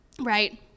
right